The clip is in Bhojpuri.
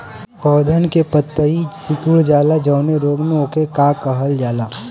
पौधन के पतयी सीकुड़ जाला जवने रोग में वोके का कहल जाला?